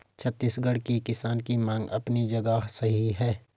छत्तीसगढ़ के किसान की मांग अपनी जगह सही है